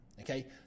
okay